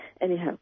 Anyhow